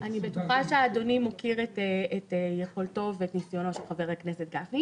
אני בטוחה שאדוני מוקיר את יכולתו ואת ניסיונו של חבר הכנסת גפני,